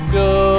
go